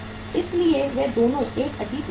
इसलिए वे दोनों एक अजीब स्थिति हैं